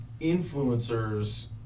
influencers